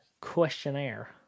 questionnaire